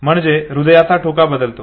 म्हणजे हृदयाचा ठोका बदलतो